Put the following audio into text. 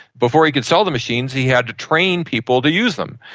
before he could sell the machines he had to train people to use them.